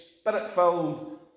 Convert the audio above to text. spirit-filled